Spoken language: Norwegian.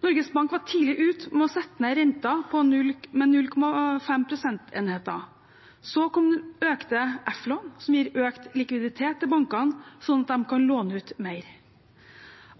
Norges Bank var tidlig ute med å sette ned renten med 0,5 prosentenheter. Så kom økte F-lån, som gir økt likviditet til bankene, sånn at de kan låne ut mer.